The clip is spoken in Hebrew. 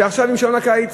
שעכשיו עם שעון הקיץ